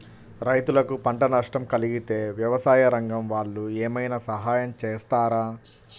రైతులకు పంట నష్టం కలిగితే వ్యవసాయ రంగం వాళ్ళు ఏమైనా సహాయం చేస్తారా?